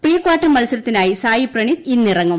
pre quarter മത്സരത്തിനായി സായി പ്രണീത് ഇന്നിറങ്ങും